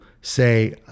say